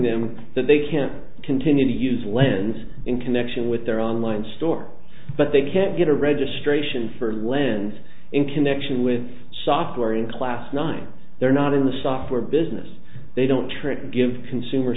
them that they can't continue to use lens in connection with their online store but they can't get a registration for lens in connection with software in class nine they're not in the software business they don't trick and give consumer